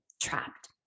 trapped